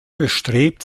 bestrebt